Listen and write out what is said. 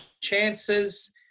chances